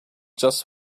just